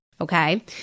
okay